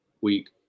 week